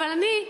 אבל אני,